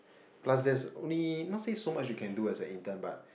plus there's only not say so much you can do as an intern but